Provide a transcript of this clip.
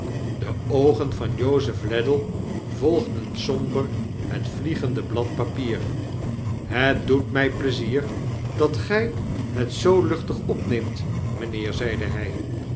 de oogen van jozef ladle volgden somber het vliegende blad papier het doet my pleizier dat gy het zoo luchtig opneemt meneer zeide hy